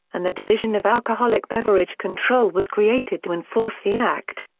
and the division of alcoholic beverage control was created to enforce the act.